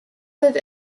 sind